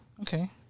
Okay